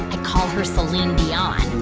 i call her celine dion